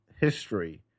history